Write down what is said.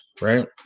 right